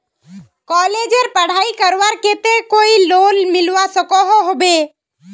कॉलेजेर पढ़ाई करवार केते कोई लोन मिलवा सकोहो होबे?